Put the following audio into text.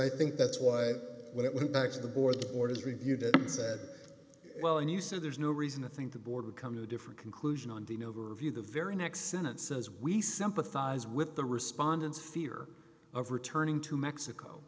i think that's why when it went back to the board or has reviewed it and said well and you say there's no reason to think the board would come to a different conclusion on de novo review the very next sentence says we sympathize with the respondents fear of returning to mexico